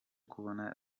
kubona